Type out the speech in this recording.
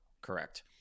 correct